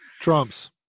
trumps